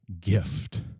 gift